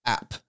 App